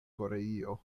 koreio